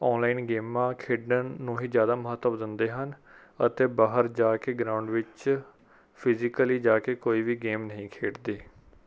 online ਗੇਮਾਂ ਖੇਡਣ ਨੂੰ ਹੀ ਜ਼ਿਆਦਾ ਮਹੱਤਵ ਦਿੰਦੇ ਹਨ ਅਤੇ ਬਾਹਰ ਜਾ ਕੇ ਗਰਾਉਂਡ ਵਿੱਚ ਫਿਜਿਕਲੀ ਜਾ ਕੇ ਕੋਈ ਵੀ ਗੇਮ ਨਹੀਂ ਖੇਡਦੇ